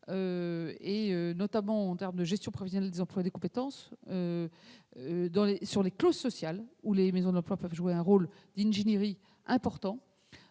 notamment en termes de gestion prévisionnelle des emplois et des compétences sur les clauses sociales. Les maisons de l'emploi peuvent jouer un rôle d'ingénierie important